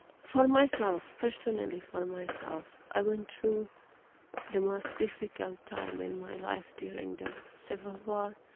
for myself, personally for myself, i went through the most difficult time in my life during the civil war.